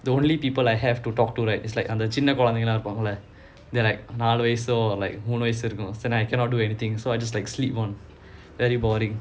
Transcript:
the only people I have to talk to right it's like அந்த சின்ன குழைந்தங்களா இருப்பாங்களா நாலு வயசு மூணு வயசு இருக்கும்:antha chinna kulanthaingalaa irupaangalaa naalu vayasu moonu vayasu irukkum so I cannot do anything so I just like sleep lor very boring